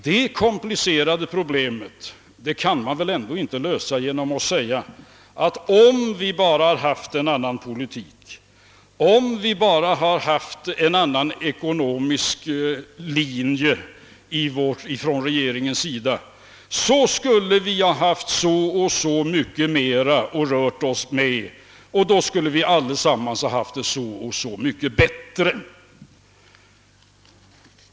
Och ett så komplicerat problem som det här är fråga om kan man väl ändå inte lösa bara genom att säga, att om vi hade fört en annan politik och om regeringen bara följt en annan ekonomisk linje, så skulle vi haft så och så mycket mer att röra oss med och alla skulle haft det så och så mycket bättre.